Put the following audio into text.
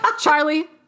charlie